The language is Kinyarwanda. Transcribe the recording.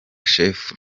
shefu